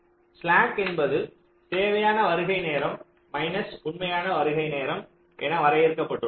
slack என்பது தேவையான வருகை நேரம் மைனஸ் உண்மையான வருகை நேரம் என வரையறுக்கப்படுகிறது